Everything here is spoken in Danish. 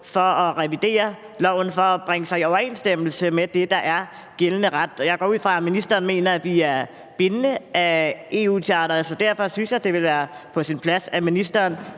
for at revidere loven, for at bringe sig i overensstemmelse med det, der er gældende ret. Og jeg går ud fra, at ministeren mener, at vi er bundet af EU-charteret. Så derfor synes jeg, det ville være på sin plads, at ministeren